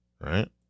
Right